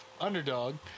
underdog